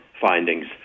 findings